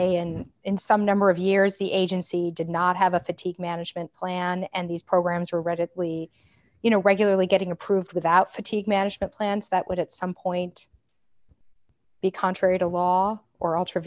say in in some number of years the agency did not have a fatigue management plan and these programs are radically you know regularly getting approved without fatigue management plans that would at some point be contrary to law or ult